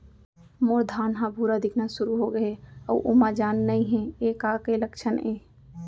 मोर धान ह भूरा दिखना शुरू होगे हे अऊ ओमा जान नही हे ये का के लक्षण ये?